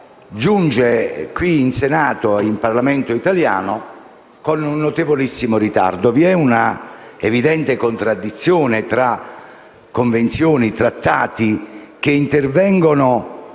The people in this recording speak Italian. giunge in Senato, nel Parlamento italiano, con un notevolissimo ritardo. Vi è una evidente contraddizione tra convenzioni e trattati che intervengono